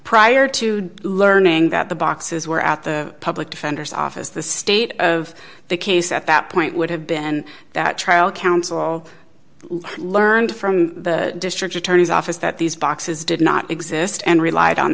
prior to learning that the boxes were at the public defender's office the state of the case at that point would have been that trial counsel learned from the district attorney's office that these boxes did not exist and relied on